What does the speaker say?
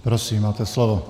Prosím, máte slovo.